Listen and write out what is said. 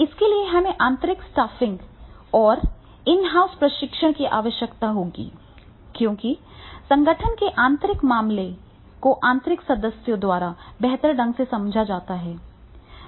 इसके लिए हमें आंतरिक स्टाफिंग और इन हाउस प्रशिक्षण की आवश्यकता होती है क्योंकि संगठन के आंतरिक मामले को आंतरिक सदस्यों द्वारा बेहतर ढंग से समझा जाता है